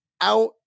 out